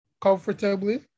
Comfortably